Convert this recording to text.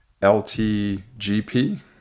LTGP